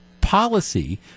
policy